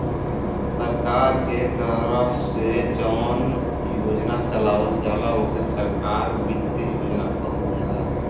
सरकार के तरफ से जौन योजना चलावल जाला ओके सरकार क वित्त योजना कहल जाला